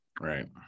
Right